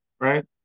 right